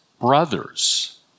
brothers